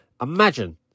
Imagine